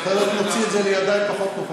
מקבל, אחרת נוציא את זה לידיים פחות נוחות.